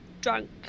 drunk